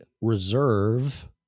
reserve